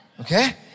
Okay